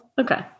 Okay